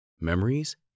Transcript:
memories